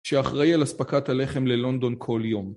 שאחראי על הספקת הלחם ללונדון כל יום.